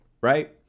Right